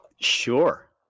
Sure